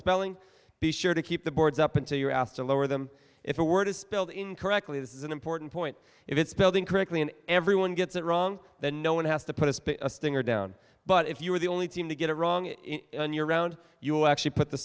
spelling be sure to keep the boards up until you are asked to lower them if a word is spelled incorrectly this is an important point if it's building correctly and everyone gets it wrong then no one has to put a spin a stinger down but if you are the only team to get it wrong on your round you actually put the